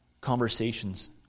conversations